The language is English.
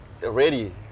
ready